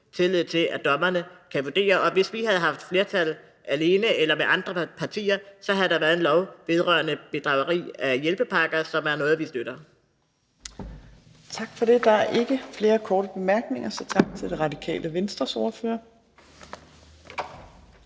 tillid til at dommerne kan vurdere. Og hvis vi havde haft flertal alene eller med andre partier, havde der været en lov vedrørende bedrageri med hjælpepakker, som er en lov, vi ville støtte. Kl. 18:04 Fjerde næstformand (Trine Torp): Tak for det. Der er ikke flere korte bemærkninger, så tak til Radikale Venstres ordfører.